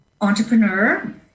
entrepreneur